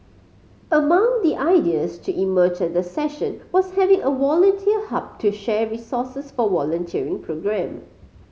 among the ideas to emerge the session was having a volunteer hub to share resources for volunteering programme